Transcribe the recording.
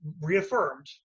reaffirmed